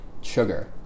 sugar